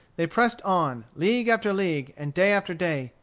they pressed on, league after league, and day after day,